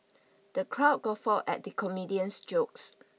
the crowd guffawed at the comedian's jokes